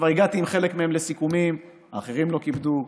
כבר הגעתי עם חלק מהם לסיכומים, האחרים לא כיבדו.